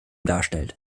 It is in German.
darstellt